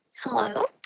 Hello